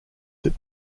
that